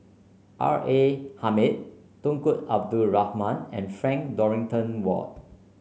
R A Hamid Tunku Abdul Rahman and Frank Dorrington Ward